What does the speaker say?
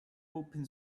open